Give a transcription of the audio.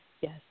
Yes